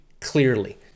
clearly